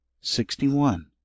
Sixty-one